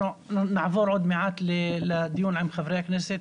נעבור עוד מעט לדיון עם חברי הכנסת.